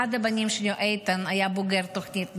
שאחד הבנים שלו, איתן, היה בוגר תוכנית נעל"ה,